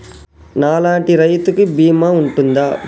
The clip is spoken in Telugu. నా లాంటి రైతు కి బీమా ఉంటుందా?